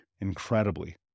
incredibly